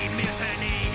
mutiny